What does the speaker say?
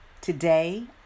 Today